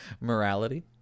Morality